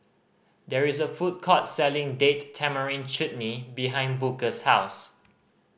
there is a food court selling Date Tamarind Chutney behind Booker's house